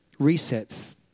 resets